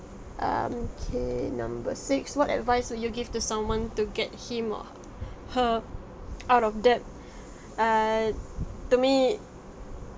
um okay number six what advice would you give to someone to get him or her out of debt err to me